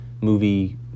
movie